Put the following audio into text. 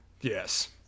Yes